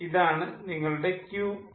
ഇതാണ് നിങ്ങളുടെ Qin